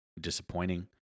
disappointing